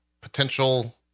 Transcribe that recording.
potential